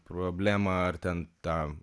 problemą ar ten tą